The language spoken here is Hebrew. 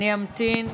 אני אמתין.